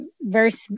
verse